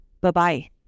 Bye-bye